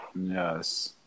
yes